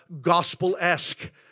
gospel-esque